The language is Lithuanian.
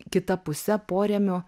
kita puse porėmio